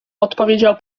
odpowiedział